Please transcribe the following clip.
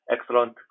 excellent